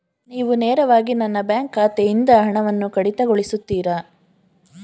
ನೀವು ನೇರವಾಗಿ ನನ್ನ ಬ್ಯಾಂಕ್ ಖಾತೆಯಿಂದ ಹಣವನ್ನು ಕಡಿತಗೊಳಿಸುತ್ತೀರಾ?